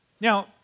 Now